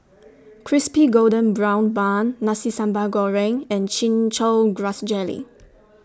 Crispy Golden Brown Bun Nasi Sambal Goreng and Chin Chow Grass Jelly